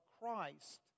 Christ